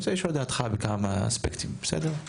אני רוצה לשמוע את דעתך בכמה אספקטים בסדר,